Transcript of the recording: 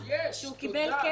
הוא קיבל כסף.